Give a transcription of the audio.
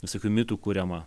visokių mitų kuriama